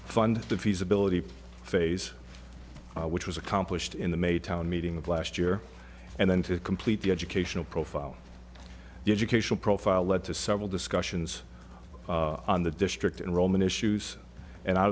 fund the feasibility phase which was accomplished in the may town meeting of last year and then to complete the educational profile the educational profile led to several discussions on the district and roman issues and out